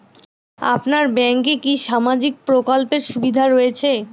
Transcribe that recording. আপনার ব্যাংকে কি সামাজিক প্রকল্পের সুবিধা রয়েছে?